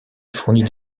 fournit